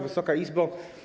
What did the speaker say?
Wysoka Izbo!